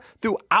throughout